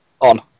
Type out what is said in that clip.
on